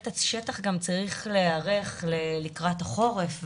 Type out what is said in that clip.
השטח גם צריך להיערך לקראת החורף והלאה.